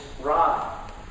rod